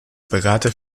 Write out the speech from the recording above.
berater